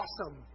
awesome